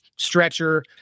stretcher